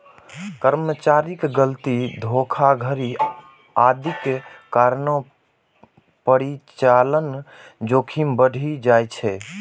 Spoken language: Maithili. कर्मचारीक गलती, धोखाधड़ी आदिक कारणें परिचालन जोखिम बढ़ि जाइ छै